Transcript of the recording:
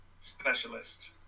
specialist